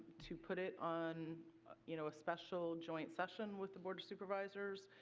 to put it on you know a special joint session with the board of supervisors,